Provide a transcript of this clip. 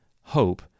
hope